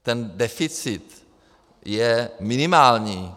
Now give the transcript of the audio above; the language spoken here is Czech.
Ten deficit je minimální.